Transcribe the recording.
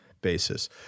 basis